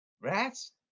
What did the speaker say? rats